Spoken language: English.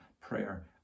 prayer